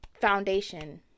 Foundation